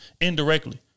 indirectly